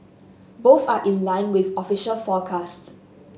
both are in line with official forecasts